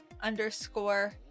underscore